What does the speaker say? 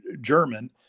German